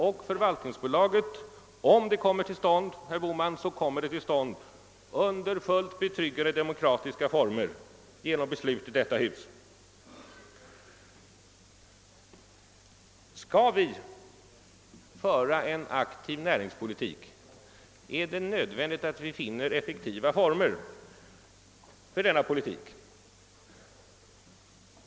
Om förvaltningsbolaget kommer till stånd gör det detta under fullt betryggande demokratiska former genom beslut i detta hus. Skall vi föra en aktiv näringspolitik, är det nödvändigt att vi finner effektiva former för denna politik.